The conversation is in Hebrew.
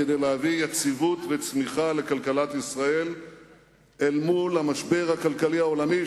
כדי להביא יציבות וצמיחה לכלכלת ישראל אל מול המשבר הכלכלי העולמי,